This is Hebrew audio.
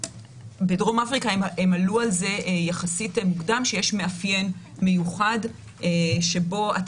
בדרום אפריקה הם עלו על זה יחסית מוקדם שיש מאפיין מיוחד שבו אתה